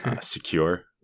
secure